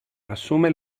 asume